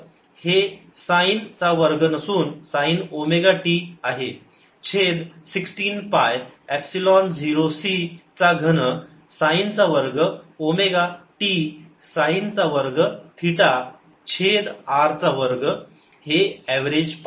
हे साईन चा वर्ग नसून साईन ओमेगा t आहे छेद 16 पाय एपसिलोन 0 c चा घन साईन चा वर्ग ओमेगा t साईन चा वर्ग थिटा छेद r चा वर्ग हे एव्हरेज पावर